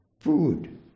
food